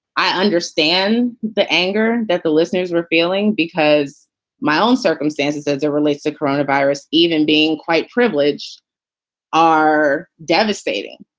i understand the anger that the listeners were feeling because my own circumstances as it relates to corona virus even being quite priviledge are devastating.